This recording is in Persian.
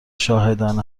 شاهدان